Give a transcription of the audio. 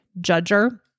judger